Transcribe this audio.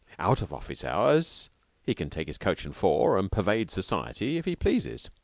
out of office hours he can take his coach and four and pervade society if he pleases.